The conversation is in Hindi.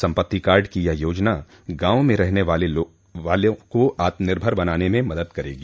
सम्पत्ति कार्ड की यह योजना गावों में रहने वालों को आत्मनिर्भर बनाने में मदद करेगी